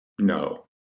No